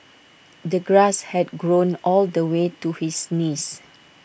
the grass had grown all the way to his knees